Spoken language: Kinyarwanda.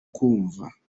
kumva